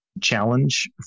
challenge